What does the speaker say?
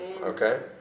okay